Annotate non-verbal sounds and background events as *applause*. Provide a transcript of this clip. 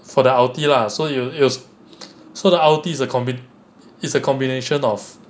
for the ulti lah so yo~ you use *noise* so the ulti is a combin~ is a combination of